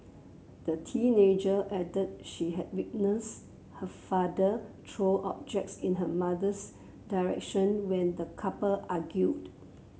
the teenager added she had witnessed her father throw objects in her mother's direction when the couple argued